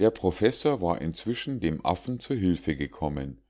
der professor war inzwischen dem affen zu hilfe gekommen